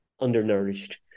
undernourished